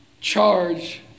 charge